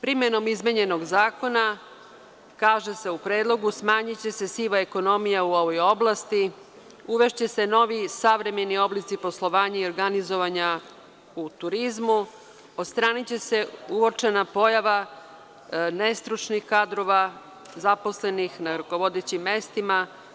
Primenom izmenjenog zakona kaže se u predlogu – smanjiće se siva ekonomija u ovoj oblasti, uvešće se novi savremeni oblici poslovanja i organizovanja u turizmu, odstraniće se uočena pojava nestručnih kadrova zaposlenih na rukovodećim mestima.